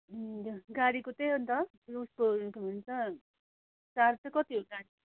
उम् हजुर गाडीको चाहि अन्त रुटको के भन्छ चार्ज चाहिँ कति हो